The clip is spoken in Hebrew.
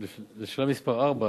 לשאלה מס' 4,